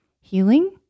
healing